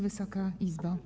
Wysoka Izbo!